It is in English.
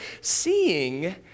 seeing